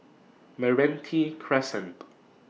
Meranti Crescent